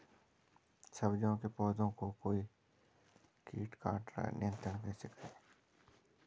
सब्जियों के पौधें को कोई कीट काट रहा है नियंत्रण कैसे करें?